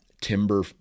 timber